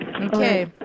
Okay